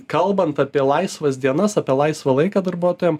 kalbant apie laisvas dienas apie laisvą laiką darbuotojam